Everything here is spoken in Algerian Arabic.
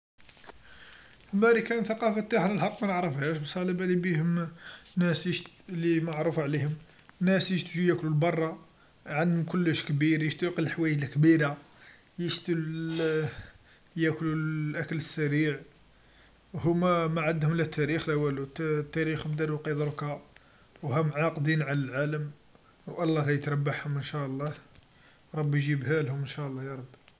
مريكان الثفافه نتاعها الحق مانعرفهاش بصح علابالي بيهم ناس الاجت لمعروفه عليهم، ناس يشتهو ياكلو برا، عندهم كلش كبير يجترو غ الحوايج الكبيرا، يجترو ل، ياكلو الأكل السريع، هوما معندهم لا تاريخ لا والو ت-تاريخ داروه غ ذركا، و هم عاقدين على العالم و الله لا تربحهم إنشاء الله، ربي يجيبهالهم إنشاء الله يا رب.